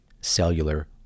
cellular